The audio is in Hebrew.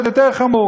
זה עוד יותר חמור.